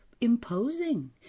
Imposing